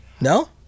No